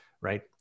right